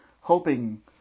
hoping